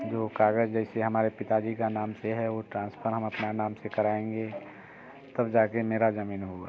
जो कागज़ जैसे हमारे पिता जी के नाम से है वो ट्रांसफरम अपना नाम से कराएंगे तब जा कर मेरा ज़मीन होगी